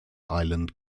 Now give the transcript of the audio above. island